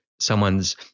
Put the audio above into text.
someone's